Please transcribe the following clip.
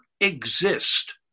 exist